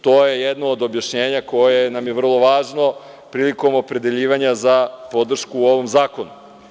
To je jedno od objašnjenja koje nam je vrlo važno, prilikom opredeljivanja za podršku u ovom zakonu.